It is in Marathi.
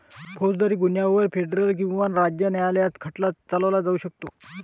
फौजदारी गुन्ह्यांवर फेडरल किंवा राज्य न्यायालयात खटला चालवला जाऊ शकतो